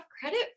credit